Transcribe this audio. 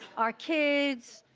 our kids,